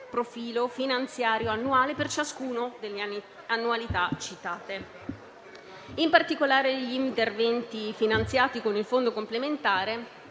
profilo finanziario annuale per ciascuno delle annualità citate. In particolare, gli interventi finanziati con il Fondo complementare